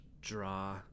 draw